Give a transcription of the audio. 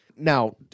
Now